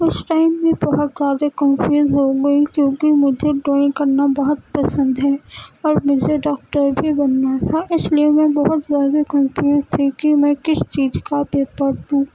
اس time میں بہت زیادہ کنفیوز ہو گئی کیونکہ مجھے ڈرائنگ کرنا بہت پسند ہے اور مجھے ڈاکٹر بھی بننا تھا اس لیے میں بہت زیادہ کنفیوز تھی کہ میں کس چیز کا پیپر دوں